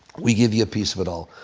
we give you a piece of it all.